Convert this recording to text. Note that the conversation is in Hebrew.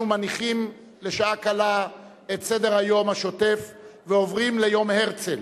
אנחנו מניחים לשעה קלה את סדר-היום השוטף ועוברים ליום הרצל.